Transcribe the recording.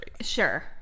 Sure